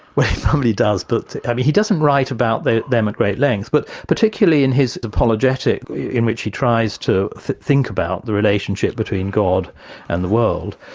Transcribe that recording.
well he probably does, but i mean he doesn't write about them at great length, but particularly in his apologetic, in which he tries to think about the relationship between god and the world,